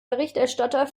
berichterstatter